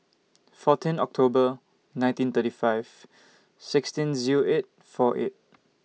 fourteen October nineteen thirty five sixteen Zero eight four eight